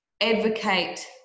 advocate